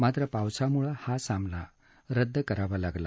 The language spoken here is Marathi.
मात्र पावसामुळे हा सामना रद्द करावा लागला